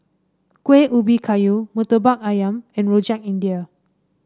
Kueh Ubi Kayu murtabak ayam and Rojak India